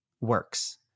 works